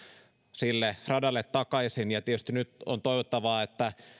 sille radalle takaisin ja tietysti nyt on toivottavaa että